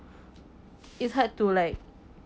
it’s hard to like